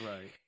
right